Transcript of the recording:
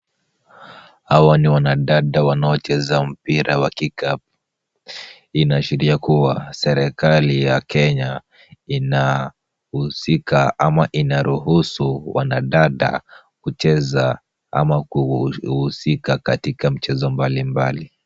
Hawa ni wanadada wanaocheza mpira wa kikapu. Hii inaashiria kuwa serikali ya Kenya inahusika ama inaruhusu wanadada kucheza ama kuhusika katika mchezo mbalimbali.